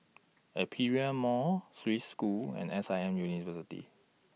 Aperia Mall Swiss School and S I M University